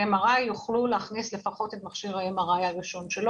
MRI יוכלו להכניס לפחות את מכשיר ה-MRI הראשון.